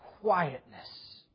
quietness